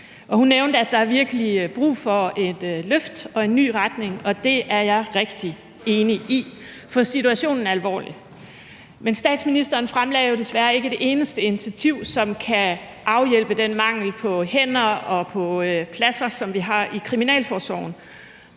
Hun nævnte, at der virkelig er brug for et løft og en ny retning, og det er jeg rigtig enig i, for situationen er alvorlig. Men statsministeren fremlagde jo desværre ikke et eneste initiativ, som kan afhjælpe den mangel på hænder og på pladser, som vi har i kriminalforsorgen.